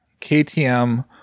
KTM